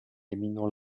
éminent